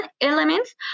elements